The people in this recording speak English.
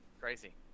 Crazy